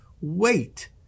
Wait